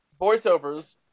Voiceovers